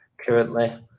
currently